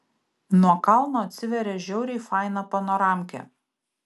nuo kalno atsiveria žiauriai faina panoramkė